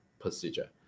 procedure